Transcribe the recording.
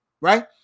right